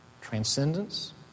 Transcendence